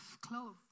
clothes